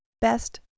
best